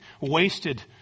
wasted